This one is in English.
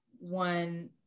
one